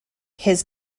his